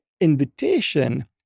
invitation